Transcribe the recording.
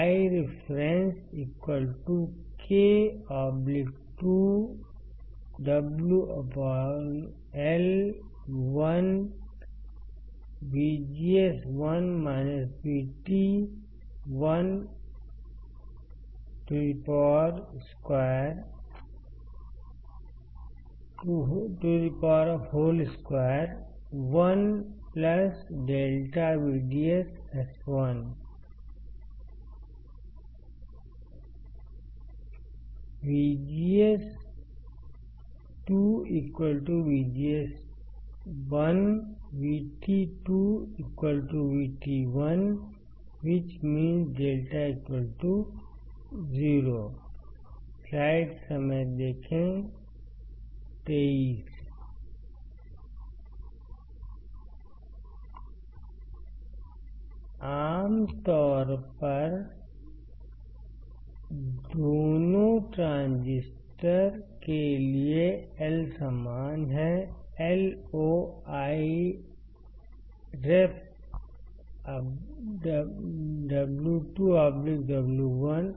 Ireference k2WL12 1λVDS1 Iok2WL22 1λVDS2 VGS2VGS1 VT2VT1 which means λ0 For λ0 IoIref WL2WL1 आम तौर पर दोनों ट्रांजिस्टर के लिए L समान हैं IoIref W2W1